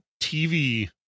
TV